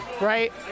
right